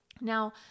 Now